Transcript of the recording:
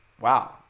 wow